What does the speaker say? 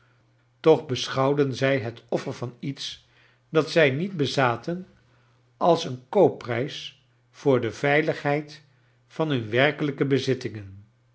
tocft beschouwden zij het offer van iota dat zij niet bezaten als den koopprijs voor de veiligheid van hun werkelijke bezittingen